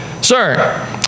sir